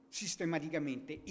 sistematicamente